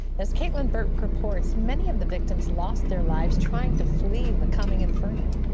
as caitlin burke reports, many of the victims lost their lives trying to flee the coming inferno.